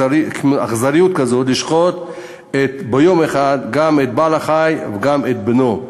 אכזריות כזאת לשחוט ביום אחד גם את בעל-החיים וגם את בנו.